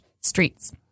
streets